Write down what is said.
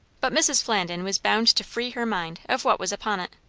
but mrs. flandin was bound to free her mind of what was upon it.